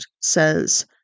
says